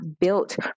built